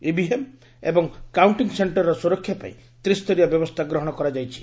EVM ଏବଂ counting ସେଣ୍ଟରର ସୁରକ୍ଷା ପାଇଁ ତ୍ରିସ୍ତରୀୟ ବ୍ୟବସ୍ଥା ଗ୍ରହଣ କରାଯାଇଛି